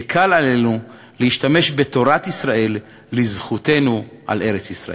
יקל עלינו להשתמש בתורת ישראל לזכותנו על ארץ-ישראל.